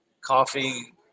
Coffee